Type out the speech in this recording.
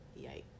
Yikes